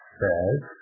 says